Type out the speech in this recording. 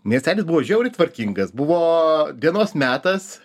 miestelis buvo žiauriai tvarkingas buvo dienos metas